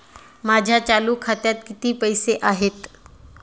माझ्या चालू खात्यात किती पैसे आहेत?